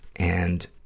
and.